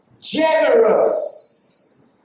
generous